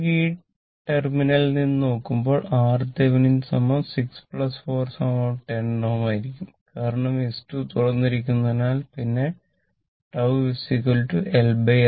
നിങ്ങൾ ഈ ടെർമിനലിൽ നിന്ന് നോക്കുമ്പോൾ RThevenin 6 4 10 Ω ആയിരിക്കും കാരണം s2 തുറന്നിരിക്കുന്നതിനാൽ പിന്നെ τ LRThevenin